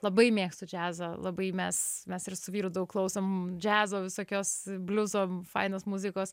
labai mėgstu džiazą labai mes mes ir su vyru daug klausom džiazo visokios bliuzo fainos muzikos